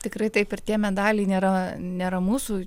tikrai taip ir tie medaliai nėra nėra mūsų